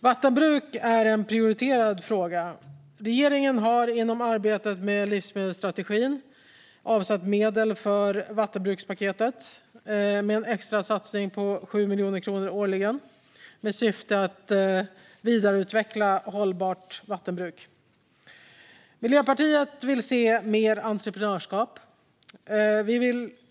Vattenbruk är en prioriterad fråga. Regeringen har inom arbetet med livsmedelsstrategin avsatt medel för vattenbrukspaketet med en extra satsning på 7 miljoner kronor årligen. Syftet är att vidareutveckla hållbart vattenbruk. Miljöpartiet vill se mer entreprenörskap.